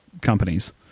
companies